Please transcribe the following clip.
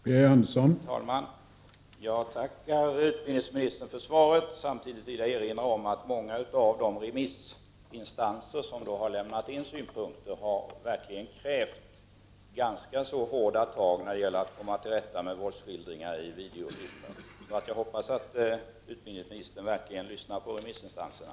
Herr talman! Jag tackar utbildningsministern för svaret. Samtidigt vill jag erinra om att många av de remissinstanser som har lämnat in synpunkter verkligen kräver ganska hårda tag när det gäller att komma till rätta med våldsskildringar i videofilmer. Jag hoppas därför att utbildningsministern verkligen lyssnar på remissinstanserna.